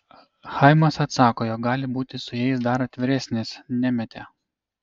chaimas atsako jog gali būti su jais dar atviresnis nemetė